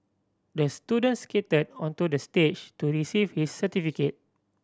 the student skated onto the stage to receive his certificate